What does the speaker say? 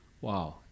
Wow